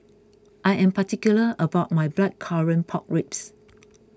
I am particular about my Blackcurrant Pork Ribs